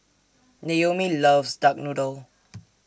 Naomi loves Duck Noodle